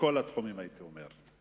בכל התחומים, הייתי אומר.